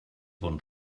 bon